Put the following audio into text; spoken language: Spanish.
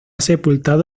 sepultado